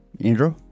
Andrew